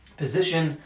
position